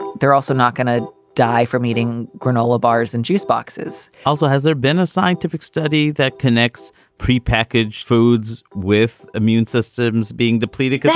they're also not going to die from eating granola bars and juice boxes also, has there been a scientific study that connects prepackaged foods with immune systems being depleted?